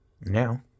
Now